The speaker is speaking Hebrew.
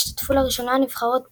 השתתפו לראשונה נבחרות בריטיות.